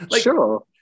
Sure